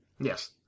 Yes